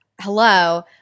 Hello